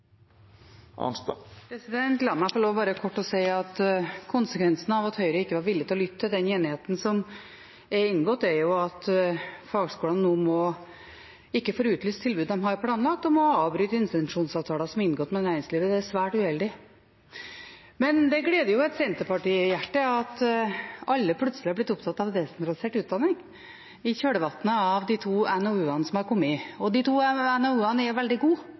La meg få lov til bare kort å si at konsekvensen av at Høyre ikke var villig til å lytte til den enigheten som er inngått, er at fagskolene nå ikke får utlyst tilbud de har planlagt, og må avbryte intensjonsavtaler som er inngått med næringslivet. Det er svært uheldig. Det gleder et senterpartihjerte at alle plutselig har blitt opptatt av desentralisert utdanning, i kjølvannet av de to NOU-ene som har kommet. De to NOU-ene er veldig gode